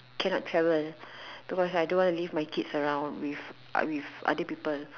cannot travel because I don't want to leave my kids around with uh with other people